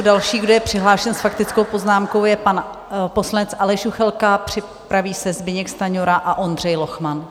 Další, kdo je přihlášen s faktickou poznámkou, je pan poslanec Aleš Juchelka, připraví se Zbyněk Stanjura a Ondřej Lochman.